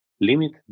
Limit